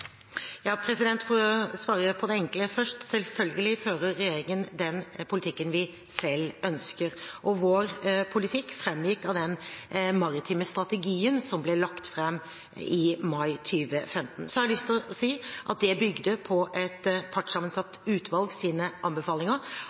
For å svare på det enkle først: Selvfølgelig fører regjeringen den politikken vi selv ønsker. Vår politikk framgikk av den maritime strategien som ble lagt fram i mai 2015. Den bygde på anbefalingene fra et partssammensatt utvalg. Alle deler av de anbefalingene var ikke like enkle å